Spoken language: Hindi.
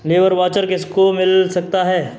लेबर वाउचर किसको मिल सकता है?